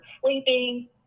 sleeping